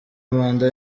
manda